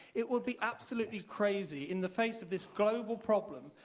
it would be absolutely crazy, in the face of this global problem,